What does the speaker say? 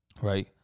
right